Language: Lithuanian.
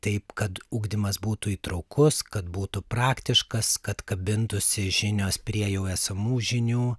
taip kad ugdymas būtų įtrauktas kad būtų praktiškas kad kabintųsi žinios prie jau esamų žinių